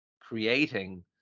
creating